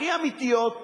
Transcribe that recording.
הכי אמיתיות,